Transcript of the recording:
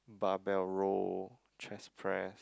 bar bell roll chest press